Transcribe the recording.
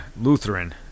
lutheran